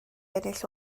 ennill